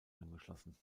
angeschlossen